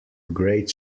great